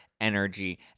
energy